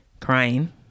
crying